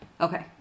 Okay